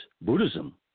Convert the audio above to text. Buddhism